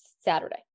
saturday